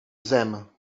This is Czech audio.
zem